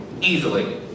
easily